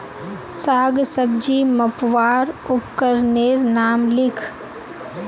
साग सब्जी मपवार उपकरनेर नाम लिख?